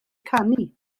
canu